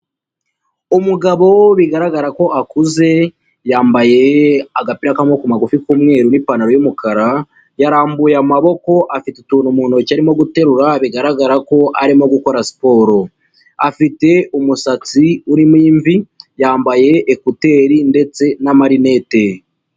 Umugabo bigaragara ko akuze yambaye agapira k'amaboko magufi k'umweru n'ipantaro y'umukara, yarambuye amaboko afite utuntu mu ntoki arimo guterura bigaragara ko arimo gukora siporo, afite umusatsi urimo imvi, yambaye ekuteri ndetse n'amarinete.